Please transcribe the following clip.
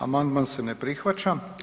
Amandman se ne prihvaća.